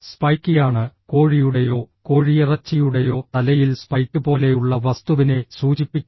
സ്പൈക്കിയാണ് കോഴിയുടെയോ കോഴിയിറച്ചിയുടെയോ തലയിൽ സ്പൈക്ക് പോലെയുള്ള വസ്തുവിനെ സൂചിപ്പിക്കുന്നത്